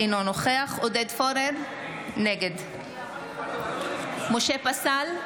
אינו נוכח עודד פורר, נגד משה פסל,